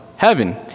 heaven